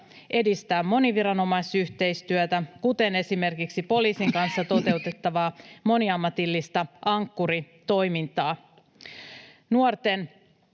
edistää moniviranomaisyhteistyötä, kuten esimerkiksi poliisin kanssa toteutettavaa moniammatillista Ankkuri-toimintaa. Nuorten